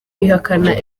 bihakana